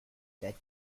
that